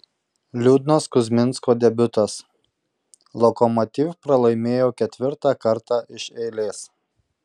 liūdnas kuzminsko debiutas lokomotiv pralaimėjo ketvirtą kartą iš eilės